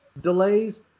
delays